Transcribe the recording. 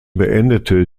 beendete